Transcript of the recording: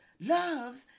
loves